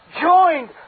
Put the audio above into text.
joined